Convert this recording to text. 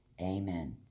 Amen